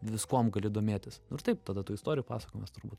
viskuom gali domėtis nu ir taip tada tų istorijų pasakojimas turbūt